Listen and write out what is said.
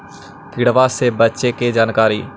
किड़बा से बचे के जानकारी?